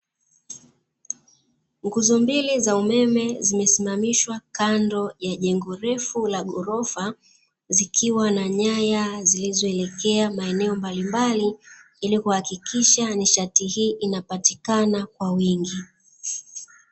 Nguzo mbili za umeme zimesimamishwa kando ya jengo refu la gorofa, zikiwa na nyaya zilizoelekea maeneo mbalimbali ili kuhakikisha nishati hii inapatikana kwa wingi.